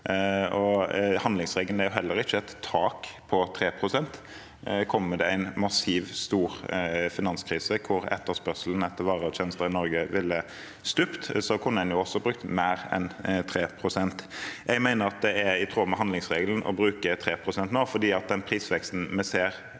Handlingsregelen er heller ikke et tak på 3 pst. Kommer det en massiv, stor finanskrise, hvor etterspørselen etter varer og tjenester i Norge ville stupt, kunne en også brukt mer enn 3 pst. Jeg mener at det er i tråd med handlingsregelen å bruke 3 pst. nå fordi den prisveksten vi ser,